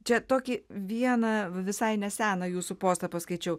čia tokį vieną visai neseną jūsų postą paskaičiau